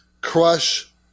crush